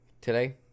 Today